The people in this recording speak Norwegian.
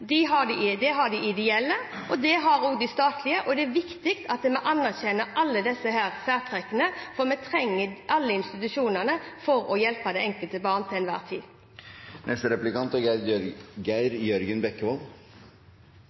det har de ideelle, og det har også de statlige, og det er viktig at vi anerkjenner alle disse særtrekkene, for vi trenger alle institusjonene for å hjelpe det enkelte barn til enhver